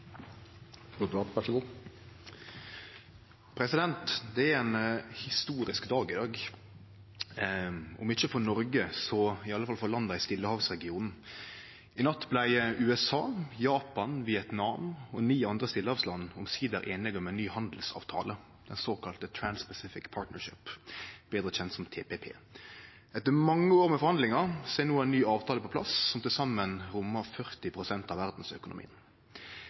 for Noreg, så iallfall for landa i stillehavsregionen. I natt vart USA, Japan, Vietnam og ni andre stillehavsland omsider einige om ein ny handelsavtale, den såkalla Trans-Pacific Partnership, betre kjend som TPP. Etter mange år med forhandlingar er no ein ny avtale på plass, som til saman rommar 40 pst. av verdas økonomi.